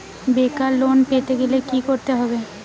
বেকার লোন পেতে গেলে কি করতে হবে?